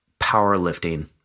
powerlifting